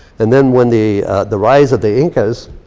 and then when the the rise of the incas,